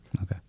Okay